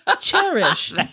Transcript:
Cherish